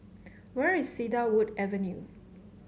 where is Cedarwood Avenue